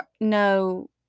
no